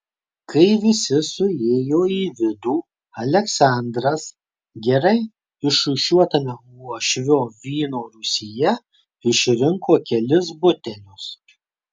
kai visi suėjo į vidų aleksandras gerai išrūšiuotame uošvio vyno rūsyje išrinko kelis butelius